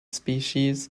species